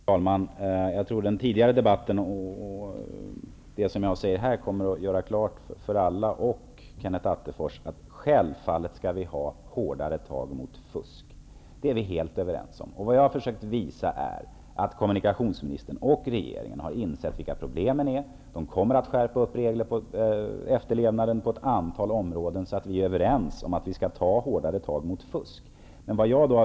Herr talman! Jag tror att den tidigare debatten och det som jag säger nu kommer att göra klart för alla, även för Kenneth Attefors, att vi självfallet skall ha hårdare tag mot fusk. Det är vi helt överens om. Jag har försökt visa att kommunikationsministern och regeringen har insett vilka problemen är. De kommer att skärpa efterlevnaden av regler på ett antal områden. Vi är överens om att vi skall ta hårdare tag mot fusk.